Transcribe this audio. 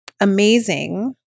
Amazing